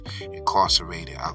incarcerated